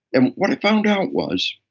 and what i found out was,